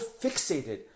fixated